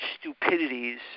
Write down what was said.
stupidities